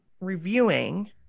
reviewing